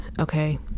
okay